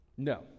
no